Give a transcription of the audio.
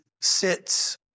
sits